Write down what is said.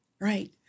right